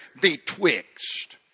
betwixt